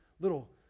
little